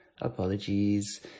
apologies